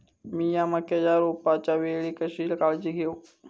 मीया मक्याच्या रोपाच्या वेळी कशी काळजी घेव?